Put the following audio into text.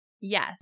Yes